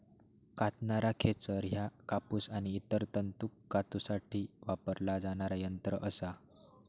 कातणारा खेचर ह्या कापूस आणि इतर तंतू कातूसाठी वापरला जाणारा यंत्र असा